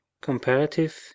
comparative